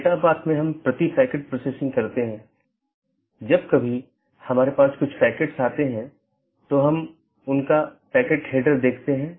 और एक autonomous system एक ही संगठन या अन्य सार्वजनिक या निजी संगठन द्वारा प्रबंधित अन्य ऑटॉनमस सिस्टम से भी कनेक्ट कर सकती है